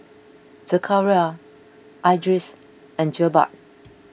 Zakaria Idris and Jebat